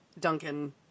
Duncan